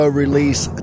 release